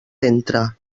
ventre